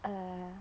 err